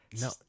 no